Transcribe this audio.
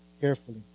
carefully